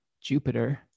Jupiter